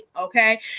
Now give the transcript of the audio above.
Okay